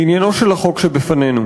לעניינו של החוק שבפנינו.